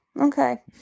Okay